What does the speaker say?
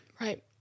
Right